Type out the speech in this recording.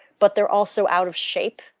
but they're also out of shape.